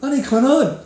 哪里可能